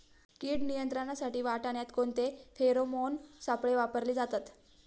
कीड नियंत्रणासाठी वाटाण्यात कोणते फेरोमोन सापळे वापरले जातात?